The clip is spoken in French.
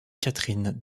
catherine